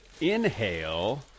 inhale